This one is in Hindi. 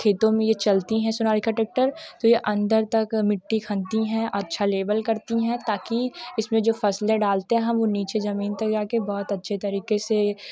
खेतों में ये चलती हैं सोनालिका ट्रेक्टर तो ये अन्दर तक मिट्टी खंती हैं अच्छा लेबल करती हैं ताकि इसमें जो फसलें डालते हम वो नीचे ज़मीन तक जा के बहुत अच्छे तरीके से